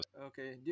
Okay